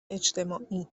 اجتماعی